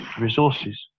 resources